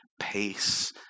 pace